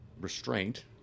restraint